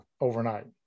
overnight